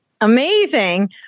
Amazing